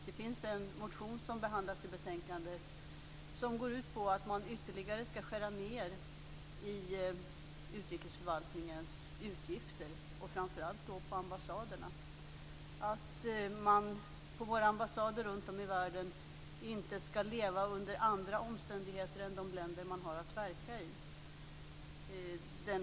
Det finns en motion som behandlas i betänkandet som går ut på att man ytterligare ska skära ned i utrikesförvaltningens utgifter och framför allt på ambassaderna. Man ska på våra ambassader runt om i världen inte leva under andra omständigheter än de som råder i de länder man har att verka i.